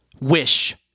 wish